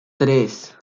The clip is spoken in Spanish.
tres